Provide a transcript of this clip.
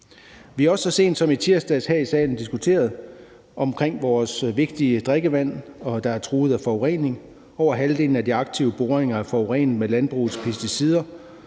Vi har også så sent som i tirsdags her i salen diskuteret vores vigtige drikkevand, der er truet af forurening. Over halvdelen af de aktive boringer er forurenet med landbrugets pesticider,